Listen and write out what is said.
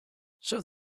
serve